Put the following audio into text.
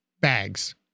bags